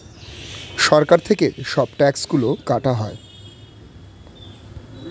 সরকার থেকে সব ট্যাক্স গুলো কাটা হয়